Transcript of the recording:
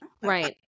Right